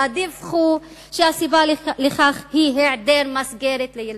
דיווחו שהסיבה לכך היא העדר מסגרת לילדיהן.